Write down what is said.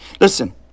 listen